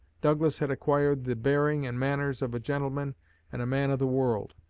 douglas had acquired the bearing and manners of a gentleman and a man of the world.